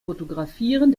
fotografien